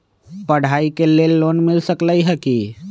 पढाई के लेल लोन मिल सकलई ह की?